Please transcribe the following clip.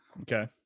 Okay